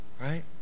right